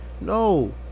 No